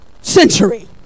century